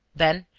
then,